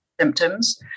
symptoms